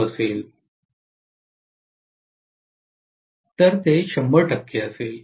u असेल तर ते 100 टक्के असेल